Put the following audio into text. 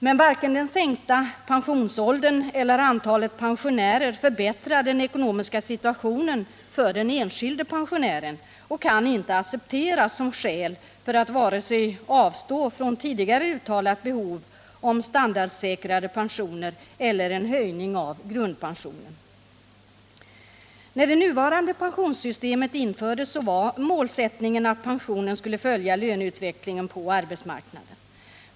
Men den sänkta pensionsåldern eller antalet pensionärer förbättrar inte den ekonomiska situationen för den enskilde pensionären och kan inte accepteras som skäl för att avstå från vare sig standardsäkrade pensioner — enligt tidigare uttalat behov —eller en höjning av grundpensionen. När det nuvarande pensionssystemet infördes var målsättningen att pensionen skulle följa löneutvecklingen på arbetsmarknaden.